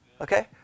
Okay